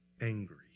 angry